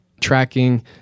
tracking